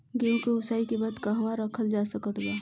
गेहूँ के ओसाई के बाद कहवा रखल जा सकत बा?